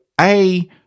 A-